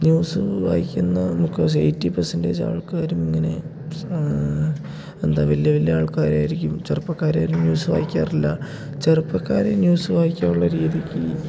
news വായിക്കുന്ന മിക്ക eighty പേർസെൻറ്റേജാൾക്കാരും ഇങ്ങനെ എന്താ വലിയ വലിയ ആൾക്കാരായിരിക്കും ചെറുപ്പക്കാരാരും ന്യൂസ് വായിക്കാറില്ല ചെറുപ്പക്കാർ ന്യൂസ് വായിക്കാറുള്ള രീതിക്ക്